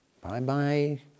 Bye-bye